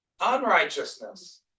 unrighteousness